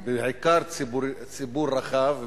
ובעיקר ציבור רחב,